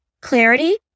clarity